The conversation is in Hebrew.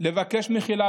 לבקש מחילה